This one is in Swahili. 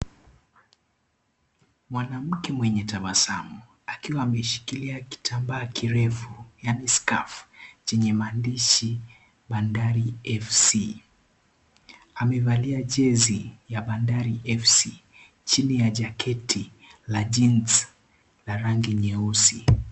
Mwanamke mwenye tabasamu, akiwa ameshikilia kitambaa kirefu yaani scarf chenye maandishi; Bandari FC. Amevalia jezi ya Bandari FC chini ya jaketi la jeans la rangi nyeupe.